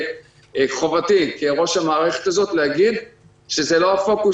חובתי כראש המערכת הזאת להגיד שזה לא הפוקוס